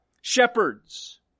Shepherds